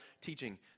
teaching